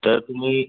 तर तुम्ही